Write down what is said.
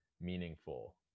meaningful